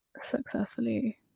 successfully